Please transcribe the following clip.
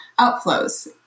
outflows